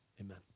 amen